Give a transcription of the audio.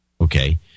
Okay